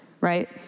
right